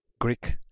Greek